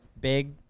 big